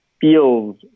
feels